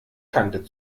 kante